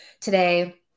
today